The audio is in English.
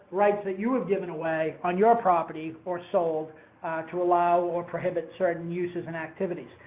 rights that you have given away on your property or sold to allow or prohibit certain uses and activities.